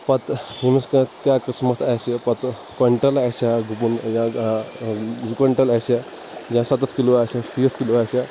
پَتہٕ ییٚمِس کیٚنٛہہ کیٛاہ قٕسمَتھ آسہِ پَتہٕ کۅنٛٹَل آسیٛا گُپُن زٕ کۄنٛٹَل آسیٛا یا سا کٔژ کِلو آسیٛا شیٖتھ کِلو آسیٛا